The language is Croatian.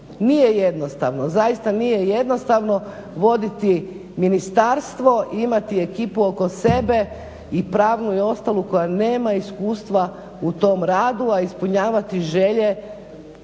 Nije jednostavno, zaista nije jednostavno voditi ministarstvo i imati ekipu oko sebe i pravnu i ostalu koja nema iskustva u tom radu, a ispunjavati želje,